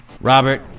robert